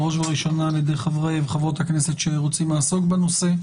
בראש ובראשונה ע"י חברי וחברות הכנסת שרוצים לעסוק בנושא.